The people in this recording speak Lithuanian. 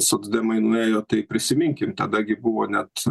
socdemai nuėjo tai prisiminkim tada kai buvo net